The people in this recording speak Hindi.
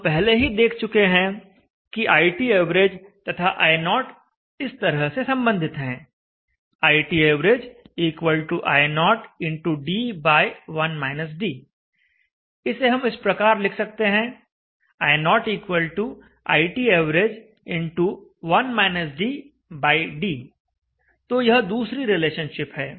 हम पहले ही देख चुके हैं कि iTav तथा i0 इस तरह से संबंधित हैं iTav i0xd इसे हम इस प्रकार लिख सकते हैं i0iTavd तो यह दूसरी रिलेशनशिप है